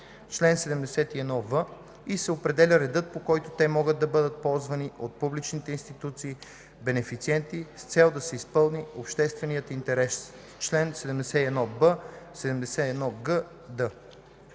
(чл. 71в) и се определя редът, по който те могат да бъдат ползвани от публичните институции – бенефициенти, с цел да се изпълни общественият интерес (чл. 71б, 71г-д).